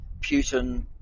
Putin